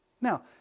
Now